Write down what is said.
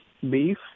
beef